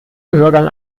gehörgang